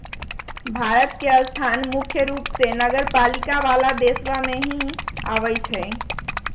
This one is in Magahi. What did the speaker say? भारत के स्थान मुख्य रूप से नगरपालिका वाला देशवन में ही आवा हई